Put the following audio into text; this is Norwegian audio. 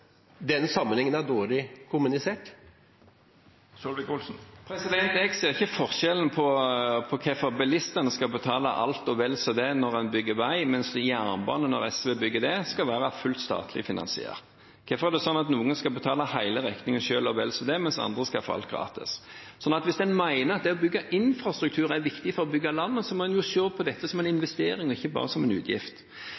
den sammenhengen er dårlig kommunisert? Jeg ser ikke hvorfor bilistene skal betale alt og vel så det når en bygger vei, mens jernbane – når SV bygger det – skal være fullt ut statlig finansiert. Hvorfor er det sånn at noen skal betale hele regningen selv og vel så det, mens andre skal få alt gratis? Hvis en mener at det å bygge infrastruktur er viktig for å bygge landet, må en jo se på dette som en